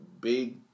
big